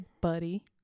buddy